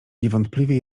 niewątpliwie